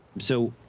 so,